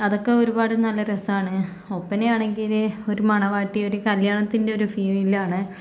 അതൊക്കെ ഒരുപാട് നല്ല രസമാണ് ഒപ്പനയാണെങ്കിൽ ഒരു മണവാട്ടി ഒരു കല്യാണത്തിൻ്റെ ഒരു ഫീലാണ്